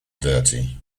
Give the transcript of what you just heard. dirty